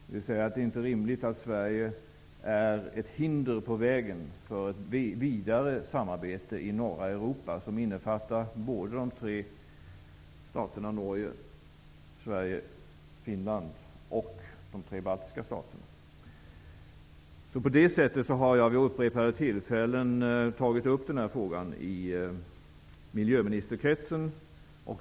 Det är inte rimligt att Sverige är ett hinder på vägen för ett vidare samarbete, som innefattar Norge, Sverige och Finland samt de tre baltiska staterna. Jag har vid upprepade tillfällen tagit upp frågan i miljöministerkretsen.